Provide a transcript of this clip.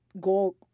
go